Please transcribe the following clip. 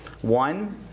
One